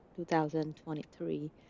2023